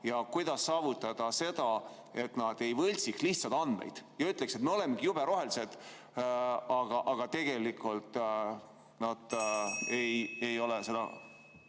Ja kuidas saavutada seda, et nad ei võltsiks lihtsalt andmeid ega ütleks, et me olemegi jube rohelised, kuigi tegelikult nad ei ole seda